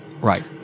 right